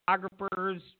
photographers